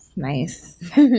nice